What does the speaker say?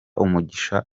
umugisha